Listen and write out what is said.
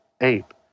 ape